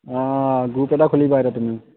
অঁ গ্ৰুপ এটা খুলিবা এতিয়া তুমি